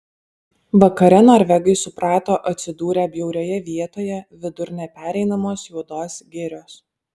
vakare norvegai suprato atsidūrę bjaurioje vietoje vidur nepereinamos juodos girios